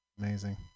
Amazing